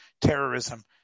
terrorism